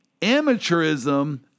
amateurism